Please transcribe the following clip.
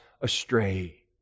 astray